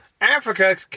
Africa